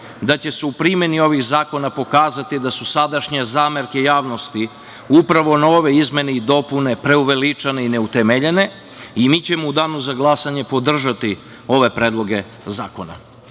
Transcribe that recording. da će se u primeni ovih zakona pokazati da su sadašnje zamerke javnosti upravo na ove izmene i dopune preuveličane i neutemeljene. Mi ćemo u danu za glasanje podržati ove predloge zakona. Naime,